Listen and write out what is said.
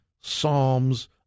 psalms